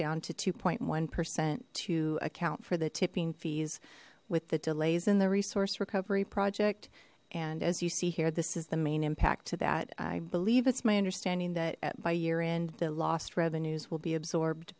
down to two point one percent to account for the tipping fees with the delays in the resource recovery project and as you see here this is the main impact to that i believe it's my understanding that by year end the lost revenues will be absorbed